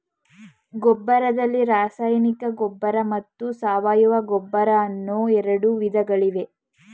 ಗೊಬ್ಬರದಲ್ಲಿ ರಾಸಾಯನಿಕ ಗೊಬ್ಬರ ಮತ್ತು ಸಾವಯವ ಗೊಬ್ಬರ ಅನ್ನೂ ಎರಡು ವಿಧಗಳಿವೆ